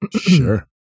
Sure